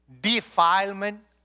defilement